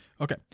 Okay